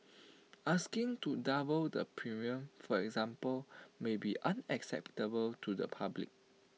asking to double the premium for example may be unacceptable to the public